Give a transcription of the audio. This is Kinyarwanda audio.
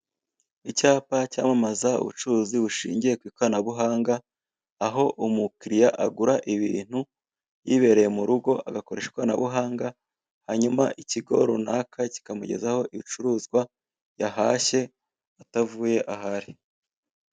Icyapa cyamamaza ubucuruzi bushingiye ku ikoranabuhanga aho umukiriya agura ibintu yibereye mu rugo agakoresha ikoranabuhanga hanyuma ikigo runaka kikamugezaho ibicuruzwa yahashye atavuye aho ari.